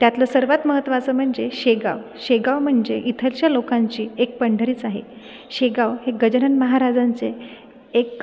त्यातलं सर्वात महत्त्वाचं म्हणजे शेगाव शेगाव म्हणजे इथलच्या लोकांची एक पंढरीच आहे शेगाव हे गजानन महाराजांचे एक